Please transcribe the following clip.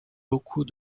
beaucoup